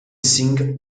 sing